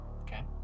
okay